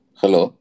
hello